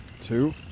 Two